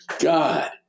God